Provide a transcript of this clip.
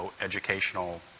educational